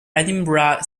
edinburgh